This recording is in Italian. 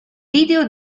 video